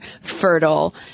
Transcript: fertile